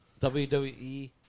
WWE